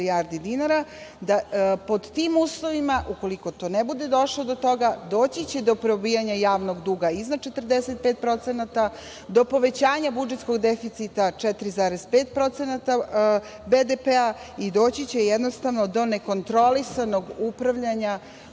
milijardi dinara, da pod tim uslovima, ukoliko ne bude došlo do toga, doći će do probijanja javnog duga iznad 45%, do povećanja budžetskog deficita 4,5% BDP-a i doći će do nekontrolisanog upravljanja